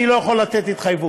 אני לא יכול לתת התחייבות,